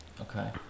Okay